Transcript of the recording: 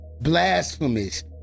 blasphemous